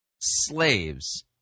slaves